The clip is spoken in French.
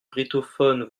brittophones